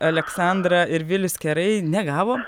aleksandra ir vilius kerai negavo